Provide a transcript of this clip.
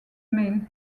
mail